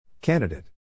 Candidate